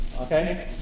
Okay